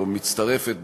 או מצטרפת,